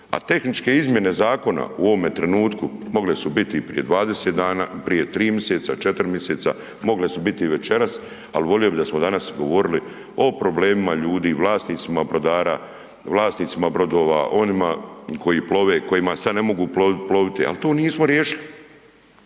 A tehničke izmjene zakona u ovome trenutku mogle su biti i prije 20 dana i prije 3 miseca, 4 miseca, mogle su bit i večeras, al volio bi da smo danas govorili o problemima ljudi, vlasnicima brodara, vlasnicima brodova, onima koji plove, kojima sad ne mogu ploviti, al to nismo riješili.